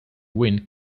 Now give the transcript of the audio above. wind